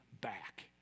back